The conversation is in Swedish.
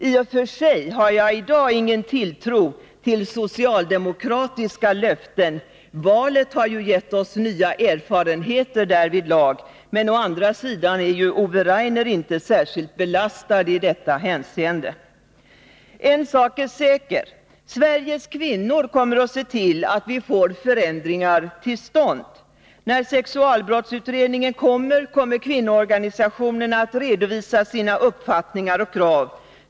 I och för sig har jag i dag ingen tilltro till socialdemokratiska löften — valet har ju gett oss nya erfarenheter därvidlag — men å andra sidan är Ove Rainer inte särskilt belastad i detta hänseende. En sak är säker: Sveriges kvinnor kommer att se till att förändringar kommer till stånd. När sexualbrottsutredningens betänkande framläggs, kommer kvinnoorganisationerna att redovisa sina uppfattningar och krav.